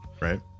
right